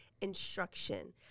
instruction